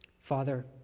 Father